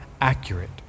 accurate